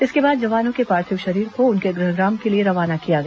इसके बाद जवानों के पार्थिव शरीर को उनके गृहग्राम के लिए रवाना किया गया